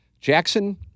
Jackson